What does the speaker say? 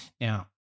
Now